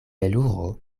veluro